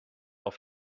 auf